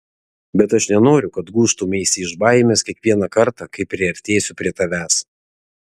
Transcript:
bet aš nenoriu kad gūžtumeisi iš baimės kiekvieną kartą kai priartėsiu prie tavęs